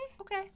Okay